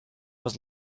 was